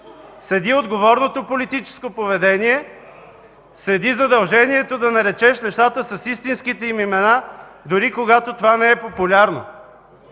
Седи отговорното политическо поведение, седи задължението да наречеш нещата с истинските им имена, дори когато това не е популярно.